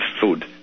food